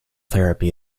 therapy